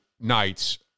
nights